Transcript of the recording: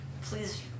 Please